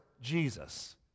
Jesus